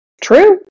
True